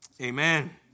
Amen